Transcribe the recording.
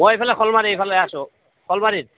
মই এইফালে শলমাৰী এইফালে আছোঁ শলমাৰিত